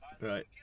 Right